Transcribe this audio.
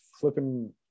flipping